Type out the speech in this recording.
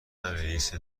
رئیس